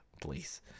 please